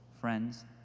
Friends